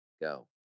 Go